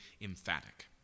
emphatic